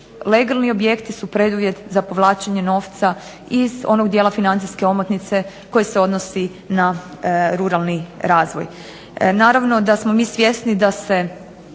legalni objekti su preduvjet za povlačenje novca iz onog dijela financijske omotnice koji se odnosi na ruralni razvoj. Naravno da smo mi svjesni da se